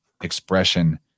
expression